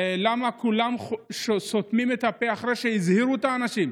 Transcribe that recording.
למה כולם סותמים את הפה אחרי שהזהירו את האנשים,